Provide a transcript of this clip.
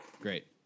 Great